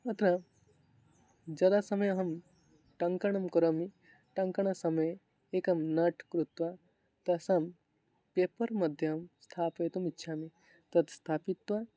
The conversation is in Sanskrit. अत्र जनानां समये अहं टङ्कनं करोमि टङ्कनसमये एकं नाट् कृत्वा तासां पेपर् मध्ये अहं स्थापयितुमिच्छामि तत् स्थापित्वा